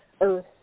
earth